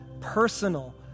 personal